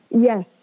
Yes